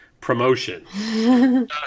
promotion